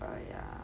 uh yeah